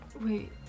Wait